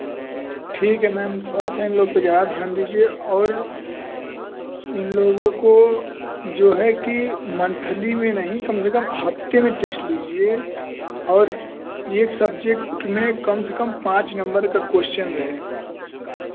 ठीक है मैम थोड़ा सा इन लोग पर ज़्यादा ध्यान दीजिए और इन लोगों को जो है कि मंथली में नहीं कम से कम हफ़्ते में टेस्ट लीजिए और यह सब्जेक्ट में कम से कम पाँच नंबर का क्वेश्चन रहे